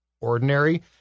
ordinary